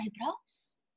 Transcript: eyebrows